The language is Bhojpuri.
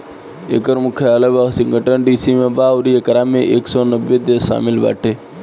एकर मुख्यालय वाशिंगटन डी.सी में बा अउरी एकरा में एक सौ नब्बे देश शामिल बाटे